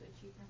achieve